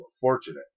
fortunate